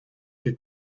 que